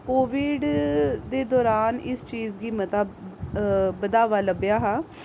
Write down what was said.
Covid दे दौरान इस चीज गी मता बढ़ावा लब्भेआ हा